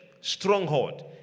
stronghold